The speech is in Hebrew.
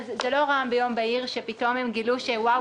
אז זה לא רעם ביום בהיר שפתאום הם גילו שוואו,